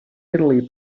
italy